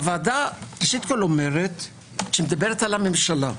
הוועדה מדברת על הממשלה.